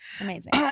Amazing